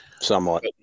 Somewhat